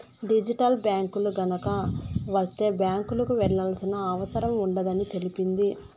digital బ్యాంకులు గనక వత్తే బ్యాంకులకు వెళ్లాల్సిన అవసరం ఉండదని తెలిపింది